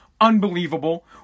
unbelievable